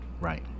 Right